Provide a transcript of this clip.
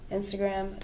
Instagram